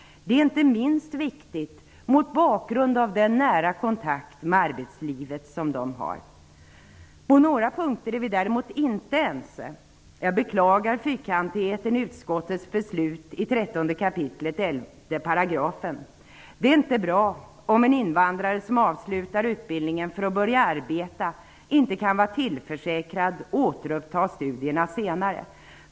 Det är inte minst viktigt mot bakgrund av den nära kontakt med arbetslivet som de har. På några punkter är vi däremot inte ense. Jag beklagar fyrkantigheten i utskottets beslut i 13 kap. 11 §. Det är inte bra om en invandrare, som avslutar utbildningen för att börja arbeta, inte kan vara tillförsäkrad rätten att återuppta studierna senare.